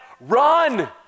run